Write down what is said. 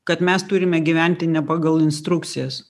kad mes turime gyventi ne pagal instrukcijas